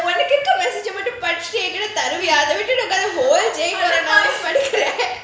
then I was like எனக்கு வந்த:enakku vanthu message ah மட்டும் படிச்சிட்டு என் கிட்டே தருவியா அதை விட்டுட்டு:mattum padichitu enkita tharuviyaa atha vitutu